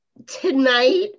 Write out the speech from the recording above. Tonight